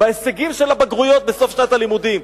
בהישגים של הבגרויות בסוף שנת הלימודים.